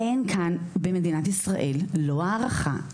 אין כאן במדינת ישראל הערכה.